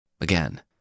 Again